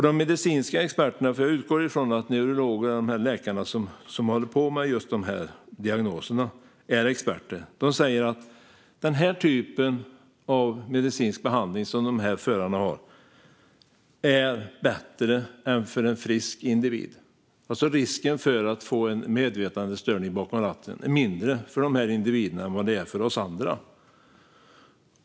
De medicinska experterna - jag utgår från att neurologerna, läkarna som håller på med just dessa diagnoser, är experter - säger att vid den typ av medicinsk behandling som dessa förare har är risken mindre än för en frisk individ. Risken för att få en medvetandestörning bakom ratten är alltså mindre för dessa individer än för oss andra.